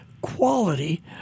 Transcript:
quality